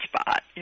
spot